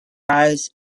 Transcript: rise